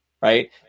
right